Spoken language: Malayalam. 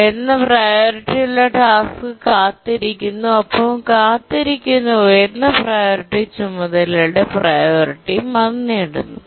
ഉയർന്ന പ്രിയോറിറ്റിയുള്ള ടാസ്ക് കാത്തിരിക്കുന്നു ഒപ്പം കാത്തിരിക്കുന്ന ഉയർന്ന പ്രിയോറിറ്റി ചുമതലയുടെ പ്രിയോറിറ്റിയും അത് നേടുന്നു